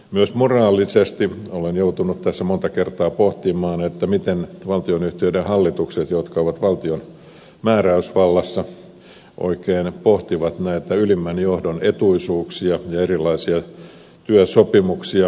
myös moraalisesti olen joutunut tässä monta kertaa pohtimaan miten valtionyhtiöiden hallitukset jotka ovat valtion määräysvallassa oikein pohtivat näitä ylimmän johdon etuisuuksia ja erilaisia työsopimuksia